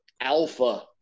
alpha